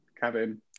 Kevin